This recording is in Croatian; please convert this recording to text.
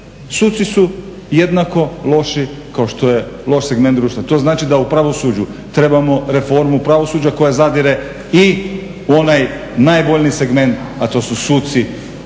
Suci su jednako loši kao što je loš segment društva. To znači da u pravosuđu trebamo reformu pravosuđa koja zadire i onaj …/Govornik se ne razumije./…